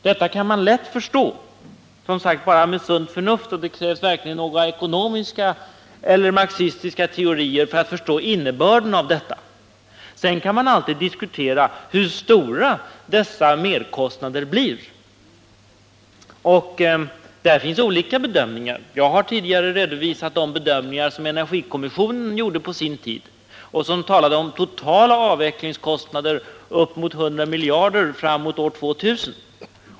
Detta kan man lätt förstå bara med sunt förnuft, och det krävs varken ekonomiska eller marxistiska teorier för att förstå innebörden av detta. Sedan kan man alltid diskutera hur stora dessa merkostnader blir, och därvidlag finns olika bedömningar. Jag har tidigare redovisat de bedömningar som energikommissionen gjorde på sin tid och som talade om totala avvecklingskostnader upp mot 100 miljarder kronor fram mot år 2000.